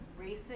racist